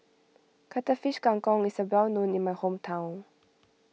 Cuttlefish Kang Kong is well known in my hometown